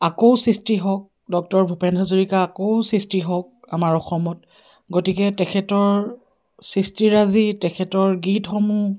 আকৌ সৃষ্টি হওক ডক্টৰ ভূপেন হাজৰিকা আকৌ সৃষ্টি হওক আমাৰ অসমত গতিকে তেখেতৰ সৃষ্টিৰাজী তেখেতৰ গীতসমূহ